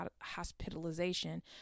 hospitalization